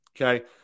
Okay